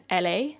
LA